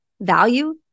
value